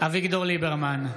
אביגדור ליברמן,